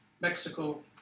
Mexico